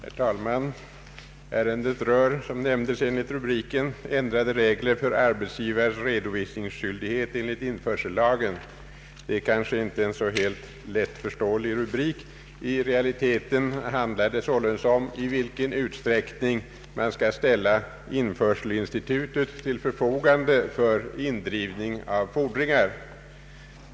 Herr talman! Ärendet rör, som framgår av rubriken, ändrade regler för arbetsgivares redovisningsskyldighet enligt införsellagen,. Det är en kanske inte så helt lättförståelig rubrik. I realiteten handlar det således om i vilken utsträckning man skall ställa införselinstitutet till förfogande för indrivning av fordringar.